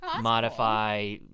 modify